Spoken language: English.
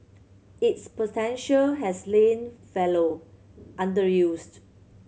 its potential has lain fallow underused